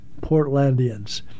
Portlandians